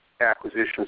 acquisitions